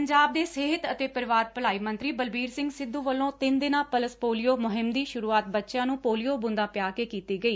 ਪੰਜਾਬ ਦੇ ਸਿਹਤ ਅਤੇ ਪਰਿਵਾਰ ਭਲਾਈ ਮੰਤਰੀ ਬਲਬੀਰ ਸਿੰਘ ਸਿੱਧੂ ਵਲੋਂ ਤਿੰਨ ਦਿਨਾਂ ਪਲਸ ਪੋਲੀਓ ਮੁਹਿਮ ਦੀ ਸੁਰੂਆਤ ਬੱਚਿਆਂ ਨੂੰ ਪੋਲੀਓ ਬੂੰਦਾਂ ਪਿਆ ਕੇ ਕੀਤੀ ਗਈ